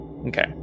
Okay